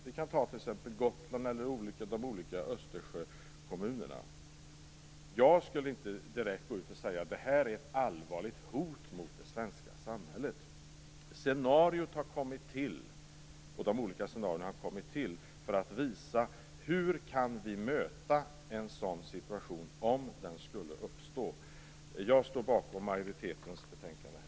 Vi kan ta t.ex. Gotland eller de olika Jag skulle inte direkt gå ut och säga att det är ett allvarligt hot mot det svenska samhället. De olika scenariorna har tillkommit för att visa hur vi kan möta en sådan situation om den skulle uppstå. Jag står bakom majoritetens skrivning i betänkandet.